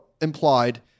implied